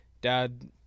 Dad